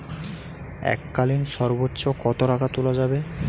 এককালীন সর্বোচ্চ কত টাকা তোলা যাবে?